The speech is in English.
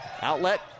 Outlet